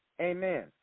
Amen